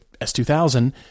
S2000